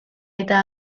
eta